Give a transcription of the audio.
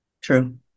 True